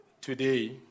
today